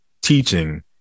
teaching